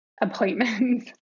appointments